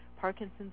Parkinson's